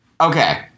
okay